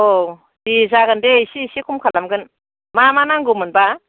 औ दे जागोन दे इसे इसे खम खालामगोन मा मा नांगौ मोनबा